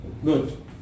Good